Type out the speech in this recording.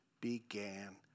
began